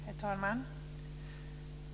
Herr talman!